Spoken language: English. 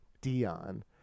Dion